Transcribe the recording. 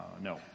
No